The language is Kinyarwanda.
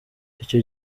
icyo